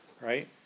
right